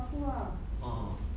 ah ah ah